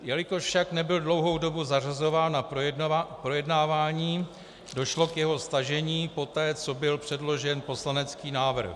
Jelikož však nebyl dlouhou dobu zařazován na projednávání, došlo k jeho stažení poté, co byl předložen poslanecký návrh.